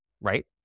right